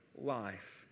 life